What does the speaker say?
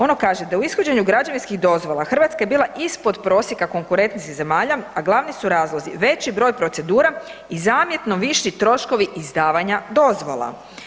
Ono kaže da u ishođenju građevinskih dozvola Hrvatska je bila ispod prosjeka konkurentnosti zemalja, a glavni su razlozi veći broj procedura i zamjetno viši troškovi izdavanja dozvola.